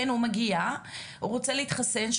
הוא רוצה להתחסן,